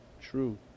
true